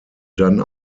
dann